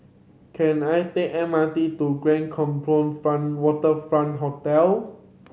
can I take M R T to Grand Waterfront Hotel